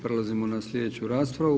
Prelazimo na slijedeću raspravu.